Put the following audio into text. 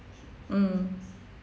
mm